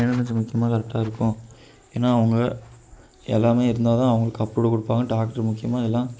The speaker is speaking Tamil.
எமர்ஜென்சி முக்கியமாக கரெக்டாக இருக்கும் ஏன்னால் அவங்க எல்லாமே இருந்தால் தான் அவங்களுக்கு அப்ரூவ்டு கொடுப்பாங்க டாக்ட்ரு முக்கியமாக எல்லாம்